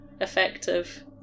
effective